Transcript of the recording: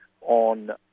on